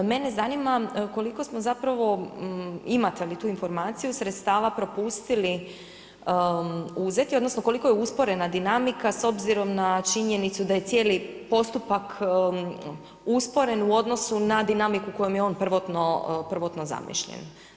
Mene zanima koliko smo zapravo, imate li tu informaciju sredstava propustili uzeti, odnosno koliko je usporena dinamika s obzirom na činjenicu da je cijeli postupak usporen u odnosu na dinamiku u kojoj je on prvotno zamišljen.